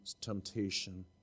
temptation